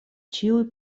ĉiuj